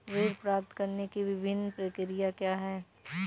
ऋण प्राप्त करने की विभिन्न प्रक्रिया क्या हैं?